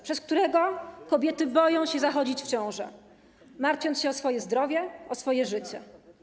przez którego kobiety boją się zachodzić w ciążę, bo martwią się o swoje zdrowie, o swoje życie.